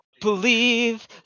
believe